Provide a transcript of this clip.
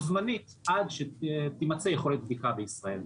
זמנית עד שתימצא יכולת בדיקה בישראל.